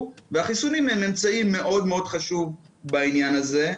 והחיסונים הם אמצעי מאוד מאוד חשוב בעניין הזה.